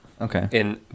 Okay